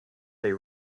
they